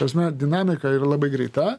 prasme dinamika yra labai greita